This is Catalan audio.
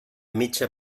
mitja